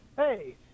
Hey